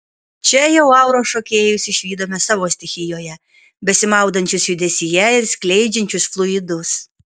čia jau auros šokėjus išvydome savo stichijoje besimaudančius judesyje ir skleidžiančius fluidus